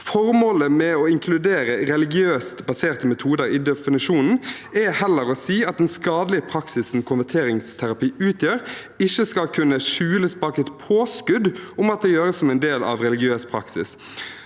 Formålet med å inkludere religiøst baserte metoder i definisjonen er heller å si at den skadelige praksisen konverteringsterapi utgjør, ikke skal kunne skjules bak et påskudd om at det gjøres som en del av en religiøs praksis.